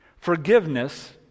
Forgiveness